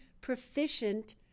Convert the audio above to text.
proficient